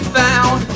found